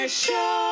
show